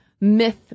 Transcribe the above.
myth